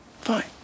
Fine